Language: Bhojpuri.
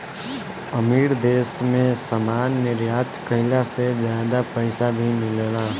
अमीर देश मे सामान निर्यात कईला से ज्यादा पईसा भी मिलेला